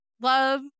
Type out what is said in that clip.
love